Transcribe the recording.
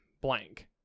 blank